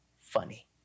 funny